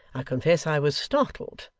i confess i was startled,